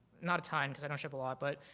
not a ton, cause i don't ship a lot. but